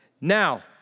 Now